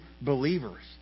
believers